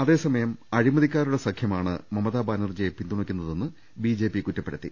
അതേസമയം അഴിമതിക്കാരുടെ സഖ്യമാണ് മമതാ ബാനർജിയെ പിന്തുണക്കുന്നതെന്ന് ബിജെപി കുറ്റപ്പെടുത്തി